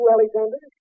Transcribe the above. Alexander